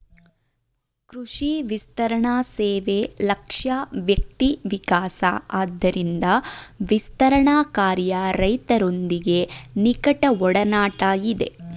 ಕೃಷಿ ವಿಸ್ತರಣಸೇವೆ ಲಕ್ಷ್ಯ ವ್ಯಕ್ತಿವಿಕಾಸ ಆದ್ದರಿಂದ ವಿಸ್ತರಣಾಕಾರ್ಯ ರೈತರೊಂದಿಗೆ ನಿಕಟಒಡನಾಟ ಇದೆ